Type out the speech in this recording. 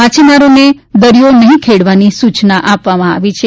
માછીમારોને દરિયો ન ખેડવાની સૂચના આપવામાં આવી છે